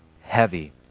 heavy